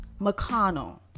McConnell